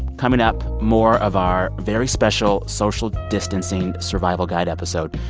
coming up, more of our very special social distancing survival guide episode.